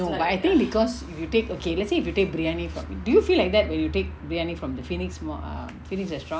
no but I think because if you take okay let's say if you take briyani from do you feel like that when you take briyani from the phoenix err phoenix restaurant